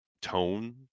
tone